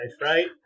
right